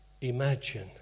Imagine